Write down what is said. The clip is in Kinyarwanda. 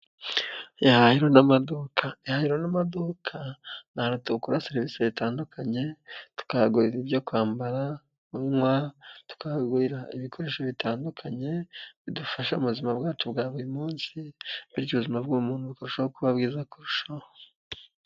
Ihahiro n'amaduka , ihahiro n'amaduka ni ahantu dukura serivisi zitandukanye tukahagurira ibyo kwambara, tukahagurira ibikoresho bitandukanye bidufasha mu buzima bwacu bwa buri munsi bityo ubuzima bw'umuntu burushaho kuba bwiza kurushaho.